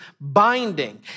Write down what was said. binding